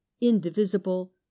indivisible